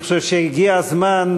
אני חושב שהגיע הזמן,